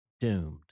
doomed